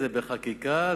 זה בחקיקה,